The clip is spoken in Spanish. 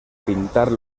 pintar